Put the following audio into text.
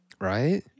Right